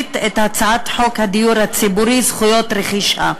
שלישית את הצעת חוק הדיור הציבורי (זכויות רכישה)